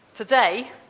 Today